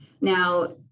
Now